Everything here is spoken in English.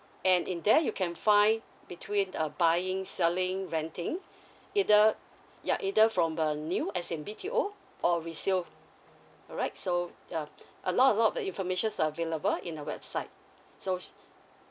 and in there you can find between uh buying selling renting either ya either from a new as in B_T_O or resale alright so uh a lot a lot the information are available in the website so